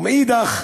ומנגד,